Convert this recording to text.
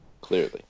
Clearly